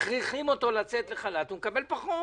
מכריחים אותו לצאת לחל"ת והוא מקבל פחות